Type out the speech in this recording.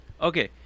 Okay